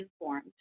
informed